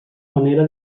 manera